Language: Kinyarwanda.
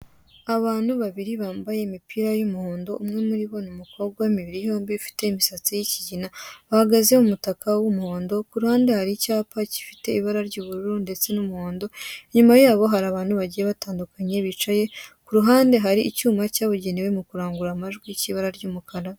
Abantu babiri bambaye imipira yimihondo umwe muribo n'umukobwa wimibiri yombi ufite imisatsi yikigina hahagaze umutaka wumuhondo kuruhande hari icyapa gifite ibara ry'ubururu ndetse numuhondo inyuma yabo hari abantu bagiye batandukanye bicaye kuruhande hari icyuma cyabugenewe mukurangurura amajwi cyibara ry'umukara.